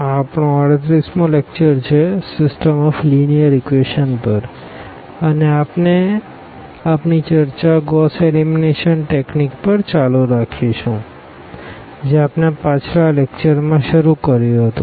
આ અપનો 38 મો લેકચર છે સીસ્ટમ ઓફ લીનીઅર ઇક્વેશંસ પર અને આપણે આપણી ચર્ચા ગોસ એલિમિનેશન ટેકનીક પર ચાલુ રાખીશું જે આપણે પાછલા લેકચર માં શરુ કર્યું હતું